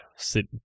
sit